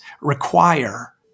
require